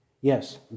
Yes